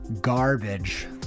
garbage